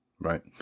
Right